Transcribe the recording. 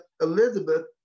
Elizabeth